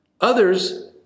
Others